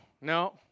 no